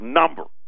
number